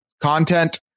content